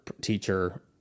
teacher